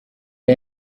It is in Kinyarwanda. aya